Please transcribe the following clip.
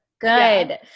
Good